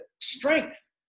strength